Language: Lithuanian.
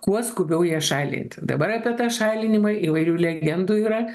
kuo skubiau jas šalinti dabar apie tą šalinimą įvairių legendų yra